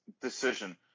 decision